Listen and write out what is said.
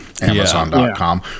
Amazon.com